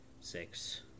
six